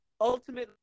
ultimately